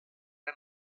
and